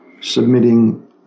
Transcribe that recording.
submitting